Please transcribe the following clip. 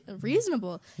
reasonable